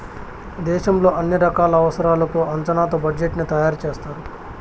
దేశంలో అన్ని రకాల అవసరాలకు అంచనాతో బడ్జెట్ ని తయారు చేస్తారు